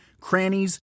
crannies